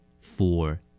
Four